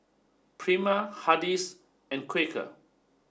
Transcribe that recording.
Prima Hardy's and Quaker